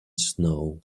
snow